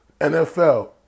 NFL